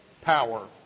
power